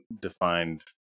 defined